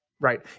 right